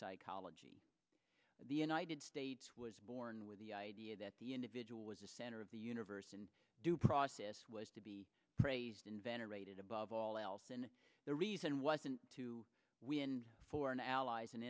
psychology of the united states was born with the idea that the individual was the center of the universe and due process was to be praised in venerated above all else and the reason wasn't to win foreign allies and